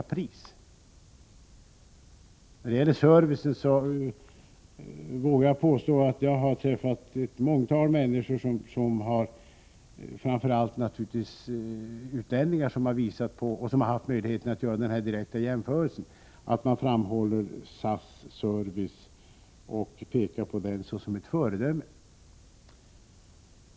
När det gäller servicen kan jag berätta att jag har träffat många människor — framför allt naturligtvis utlänningar, som hart öjlighet att göra direkta jämförelser —-som framhåller SAS service och pekar på den som ett föredöme.